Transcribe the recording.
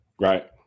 Right